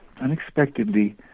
unexpectedly